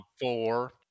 Four